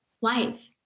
life